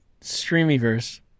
streamiverse